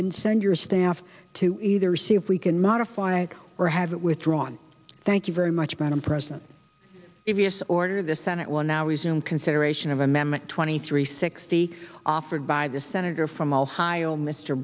and send your staff to either see if we can modify or have it withdrawn thank you very much madam president if us order the senate will now resume consideration of amendment twenty three sixty offered by the senator from ohio mr